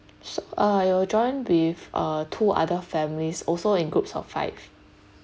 so uh you'll join with uh two other families also in groups of five